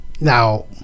Now